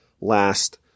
last